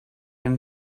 him